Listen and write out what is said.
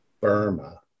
Burma